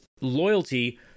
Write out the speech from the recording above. loyalty